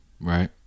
Right